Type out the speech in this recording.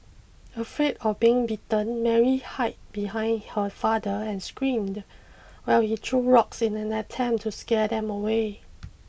afraid of being bitten Mary hide behind her father and screamed while he threw rocks in an attempt to scare them away